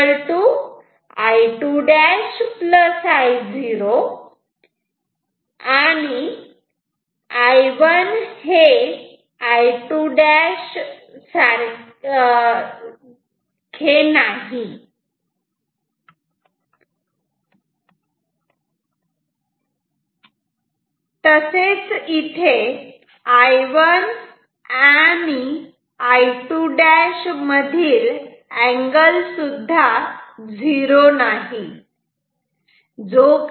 I1 I2' I0 ।I1। ।I2'। इथे I1 आणि I2' मधील अँगल झिरो नाही